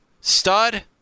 Stud